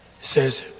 says